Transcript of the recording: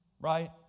Right